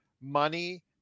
money